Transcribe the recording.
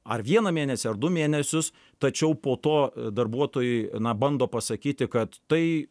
ar vieną mėnesį ar du mėnesius tačiau po to darbuotojui na bando pasakyti kad tai